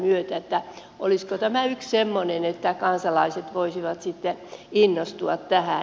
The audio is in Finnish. olisiko tämä yksi semmoinen että kansalaiset voisivat sitten innostua tästä